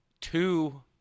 two